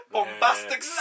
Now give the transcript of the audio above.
Bombastic